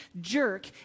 jerk